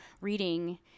reading